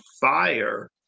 fire